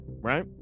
Right